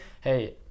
hey